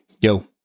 Yo